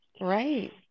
Right